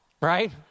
right